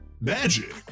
magic